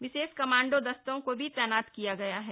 विशेष commando दस्ते को भी तैनात किया गया है